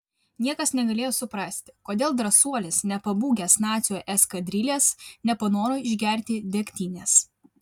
niekas negalėjo suprasti kodėl drąsuolis nepabūgęs nacių eskadrilės nepanoro išgerti degtinės